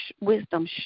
wisdom